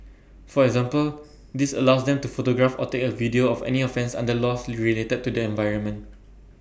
for example this allows them to photograph or take A video of any offence under laws related to the environment